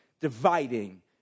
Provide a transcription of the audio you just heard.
dividing